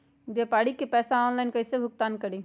व्यापारी के पैसा ऑनलाइन कईसे भुगतान करी?